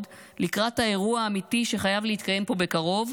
לקראת האירוע האמיתי שחייב להתקיים פה בקרוב,